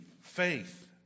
Faith